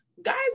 guys